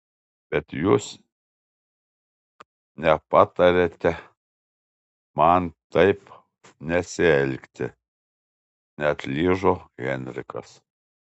bet jūs nepatariate man taip nesielgti neatlyžo henrikas